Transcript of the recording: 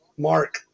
Mark